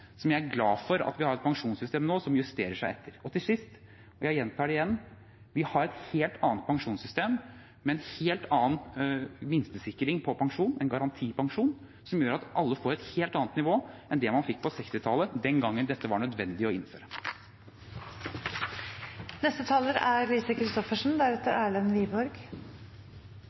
jeg er glad for at vi nå har et pensjonssystem som justerer seg etter. Til sist, og jeg gjentar det igjen: Vi har et helt annet pensjonssystem, med en helt annen minstesikring på pensjon – garantipensjon – som gjør at alle får et helt annet nivå enn man fikk på 1960-tallet, den gangen dette var nødvendig å